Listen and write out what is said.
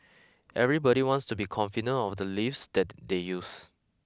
everybody wants to be confident of the lifts that they use